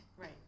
right